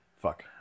fuck